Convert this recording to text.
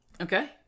Okay